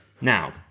Now